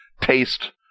taste